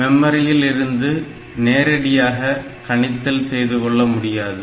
மெமரியில் இருந்து நேரடியாக கணித்தல் செய்துகொள்ள முடியாது